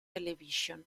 television